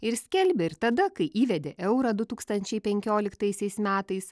ir skelbė ir tada kai įvedė eurą du tūkstančiai penkioliktaisiais metais